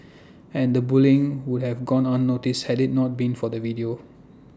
and the bullying would have gone unnoticed had IT not been for the video